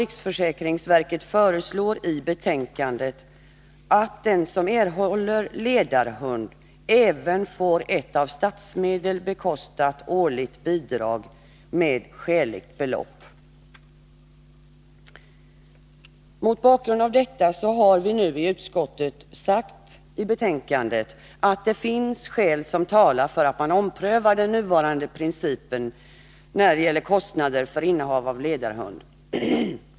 Riksförsäkringsverket föreslår i sitt betänkande att den som erhåller ledarhund även får ett av statsmedel bekostat årligt bidrag med skäligt belopp. Mot bakgrund av detta har vi nu i utskottet i betänkandet sagt att det finns skäl som talar för att man omprövar den nuvarande principen när det gäller kostnader för innehav av ledarhund.